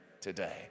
today